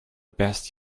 best